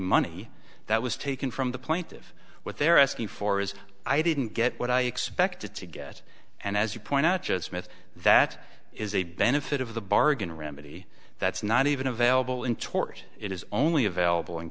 money that was taken from the plaintive what they're asking for is i didn't get what i expected to get and as you point out just myth that is a benefit of the bargain remedy that's not even available in tort it is only available